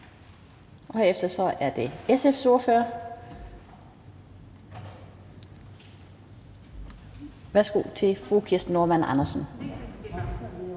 Herefter er det SF's ordfører. Værsgo til fru Kirsten Normann Andersen.